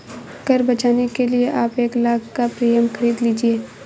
कर बचाने के लिए आप एक लाख़ का प्रीमियम खरीद लीजिए